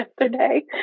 yesterday